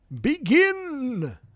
begin